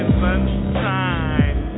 sunshine